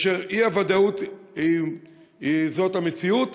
כאשר האי-ודאות היא המציאות.